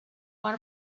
one